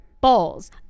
balls